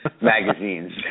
magazines